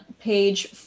page